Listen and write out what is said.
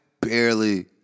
barely